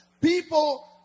People